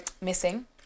missing